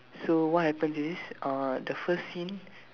so what happen is uh the first scene